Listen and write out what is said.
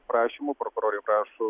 prašymų prokurorai prašo